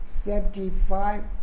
Seventy-five